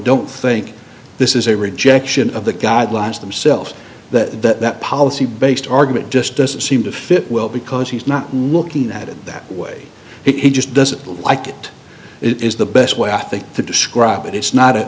don't think this is a rejection of the guidelines themselves that that policy based argument just doesn't seem to fit well because he's not looking at it that way he just doesn't like it it is the best way to describe it it's not